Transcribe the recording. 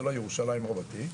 זה לא ירושלים רבתי,